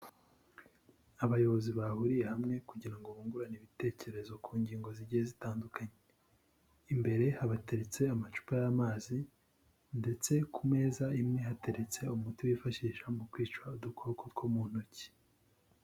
Abayobozi bahuriye hamwe kugira ngo bungurane ibitekerezo ku ngingo zigiye zitandukanye, imbere habateretse amacupa y'amazi ndetse ku meza imwe hateretse umuti wifashishwa mu kwica udukoko two mu ntoki.